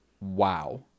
wow